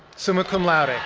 summa cum laude.